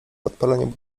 podpalenie